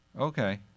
Okay